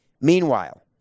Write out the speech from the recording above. Meanwhile